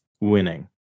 winning